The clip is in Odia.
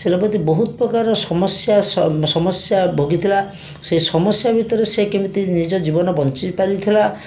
ରେବତୀ ବହୁତପ୍ରକାର ସମସ୍ୟା ସମସ୍ୟା ଭୋଗିଥିଲା ସେ ସମସ୍ୟା ଭିତରେ ସେ କେମିତି ନିଜ ଜୀବନ ବଞ୍ଚିପାରିଥିଲା